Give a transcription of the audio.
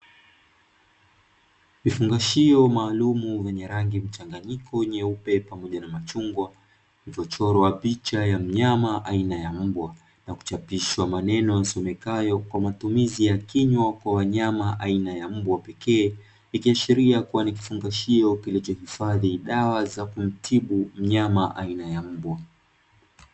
Kifungashio maalum vyenye rangi mchanganyiko, nyeupe pamoja na machungwa, vilivyochorwa picha ya mnyama aina ya mbwa, na kuchapishwa maneno yasomekayo kwa matumizi ya kinywa kwa wanyama aina ya mbwa pekee, ikiashiria kuwa ni kifungashio kilichohifadhi dawa za kumtibu mnyama aina ya mbwa.